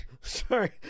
Sorry